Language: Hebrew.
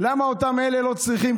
למה אותם אלה לא צריכים,